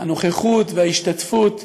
הנוכחות וההשתתפות,